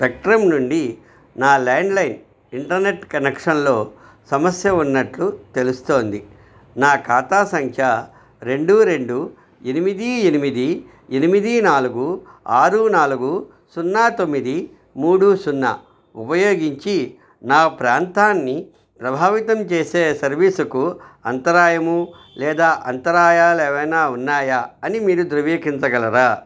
spectrum నుండి నా landline internet కనేక్షన్లో సమస్య ఉన్నట్లు తెలుస్తోంది నా ఖాతా సంఖ్య రెండు రెండు ఎనిమిది ఎనిమిది ఎనిమిది నాలుగు ఆరు నాలుగు సున్నా తొమ్మిది మూడు సున్నా ఉపయోగించి నా ప్రాంతాన్ని ప్రభావితం చేసే సర్వీస్కు అంతరాయము లేదా అంతరాయాలు ఏవైనా ఉన్నాయా అని మీరు ధృవీకరించగలరా